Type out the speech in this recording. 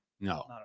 no